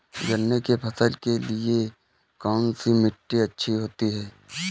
गन्ने की फसल के लिए कौनसी मिट्टी अच्छी होती है?